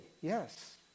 yes